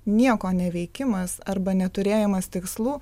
nieko neveikimas arba neturėjimas tikslų